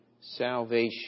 salvation